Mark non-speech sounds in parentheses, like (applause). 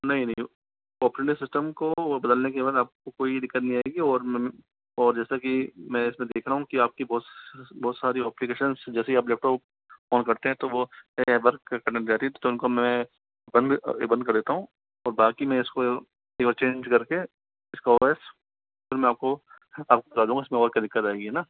नहीं नहीं operating system को बदलने के बाद आपको कोई दिक्कत नहीं आएगी और जैसा की मैं इसमें देख रहा हूँ कि आपकी बहुत सारी एप्लिकेशंस जैसी आप लैपटाप ओन करते हैं तो वो वर्क करने लग जाती है तो उनको मैं बंद कर देता हूँ और बाकी मैं इसको एक बार चेंज करके इसको (unintelligible) फिर मैं दूँगा आपको बता दूँगा इसमें और क्या दिक्कत आएगी है ना